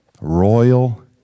royal